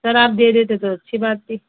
سر آپ دے دیتے تو اچھی بات تھی